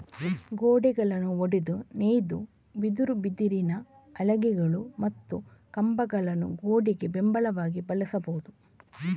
ಗೋಡೆಗಳನ್ನು ಒಡೆದು ನೇಯ್ದ ಬಿದಿರು, ಬಿದಿರಿನ ಹಲಗೆಗಳು ಮತ್ತು ಕಂಬಗಳನ್ನು ಗೋಡೆಗೆ ಬೆಂಬಲವಾಗಿ ಬಳಸಬಹುದು